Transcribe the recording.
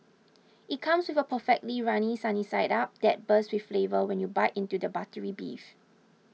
it comes with a perfectly runny sunny side up that bursts with flavour when you bite into the buttery beef